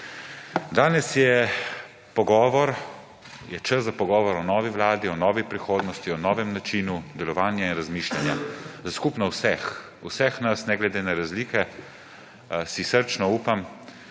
Danes je čas za pogovor o novi vladi, o novi prihodnosti, o novem načinu delovanja in razmišljanja. Za skupno vseh, vseh nas, ne glede na razlike, si srčno upam,